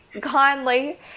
kindly